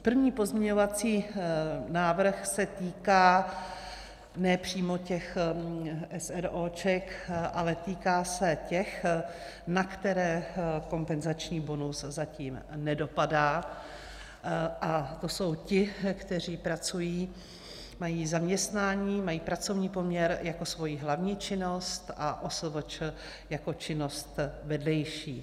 První pozměňovací návrh se týká ne přímo těch eseróček, ale týká se těch, na které kompenzační bonus zatím nedopadá, a to jsou ti, kteří pracují, mají zaměstnání, mají pracovní poměr jako svoji hlavní činnost a OSVČ jako činnost vedlejší.